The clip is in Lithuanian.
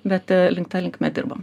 bet link ta linkme dirbam